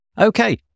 Okay